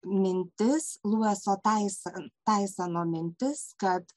mintis lueso taison taisono mintis kad